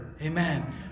Amen